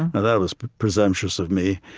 now, that was presumptuous of me,